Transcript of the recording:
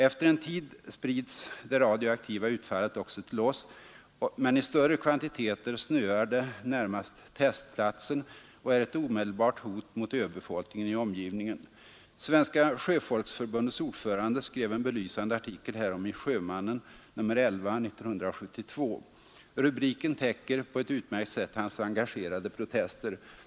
Efter en tid sprids det radioaktiva utfallet också till oss, men i större kvantiteter snöar det närmast testplatsen och är ett omedelbart hot mot öbefolkningen i omgivningen. Svenska sjöfolksförbundets ordförande skrev en belysande artikel i Sjömannen nr 11 år 1972. Rubriken täcker på ett utmärkt sätt hans engagerade protester.